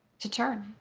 to turn.